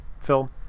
Phil